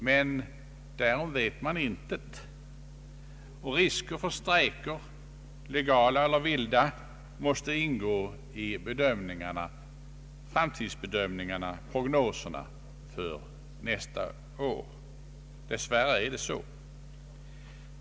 Men därom vet man intet, och risker för strejker — legala eller vilda — måste ingå i prognoserna för nästa år. Dess värre är det så.